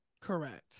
correct